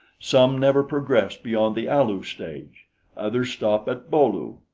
some never progress beyond the alu stage others stop as bo-lu,